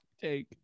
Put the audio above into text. take